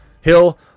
Hill